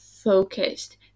focused